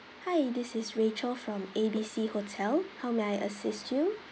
hi this is rachel from A B C hotel how may I assist you